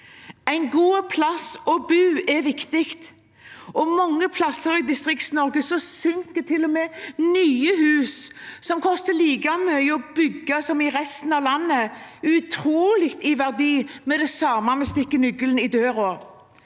En god plass å bo er viktig. Mange steder i DistriktsNorge synker til og med nye hus – som koster like mye å bygge som i resten av landet – utrolig mye i verdi med det samme man setter nøkkelen i døra.